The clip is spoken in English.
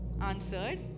answered